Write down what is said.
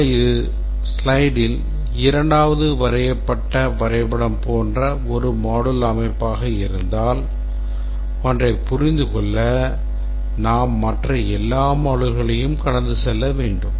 ஆனால் இது ஸ்லைடில் 2வது வரையப்பட்ட வரைபடம் போன்ற ஒரு module அமைப்பாக இருந்தால் ஒன்றைப் புரிந்து கொள்ள நாம் மற்ற எல்லா moduleகளையும் கடந்து செல்ல வேண்டும்